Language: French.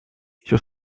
sur